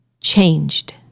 changed